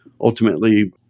ultimately